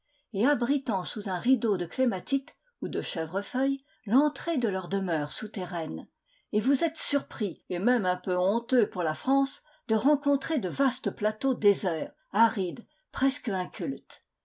et abritant sous un rideau de clématites ou de chèvrefeuilles l'entrée de leur demeure souterraine et vous êtes surpris et même un peu honteux pour la france de rencontrer de vastes plateaux déserts arides presque incultes